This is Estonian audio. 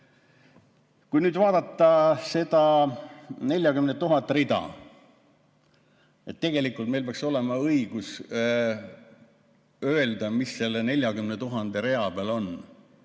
Kui nüüd vaadata neid 40 000 rida, siis tegelikult peaks meil olema õigus öelda, mis nende 40 000 rea peal on,